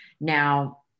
Now